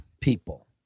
people